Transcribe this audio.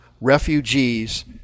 refugees